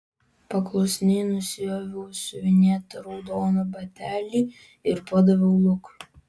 paklusniai nusiaviau siuvinėtą raudoną batelį ir padaviau lukui